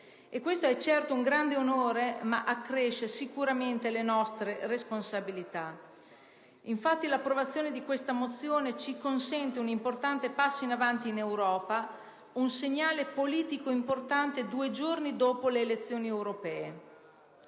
Questo è certo un grande onore, ma accresce le nostre responsabilità: infatti l'approvazione di tale mozione ci consente un importante passo in avanti in Europa ed è un segnale politico importante due giorni dopo le elezioni europee.